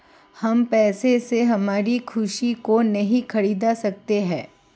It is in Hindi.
हम पैसे से हमारी खुशी को नहीं खरीदा सकते है